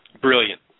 brilliant